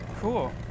Cool